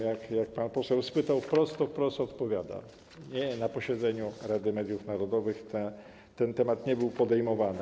Jak pan poseł spytał wprost, to wprost odpowiadam: nie, na posiedzeniu Rady Mediów Narodowych ten temat nie był podejmowany.